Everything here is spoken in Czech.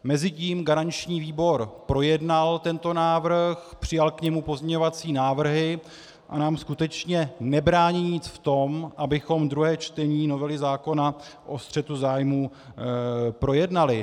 Mezitím garanční výbor projednal tento návrh, přijal k němu pozměňovací návrhy a nám skutečně nebrání nic v tom, abychom druhé čtení novely zákona o střetu zájmů projednali.